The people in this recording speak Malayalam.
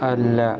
അല്ല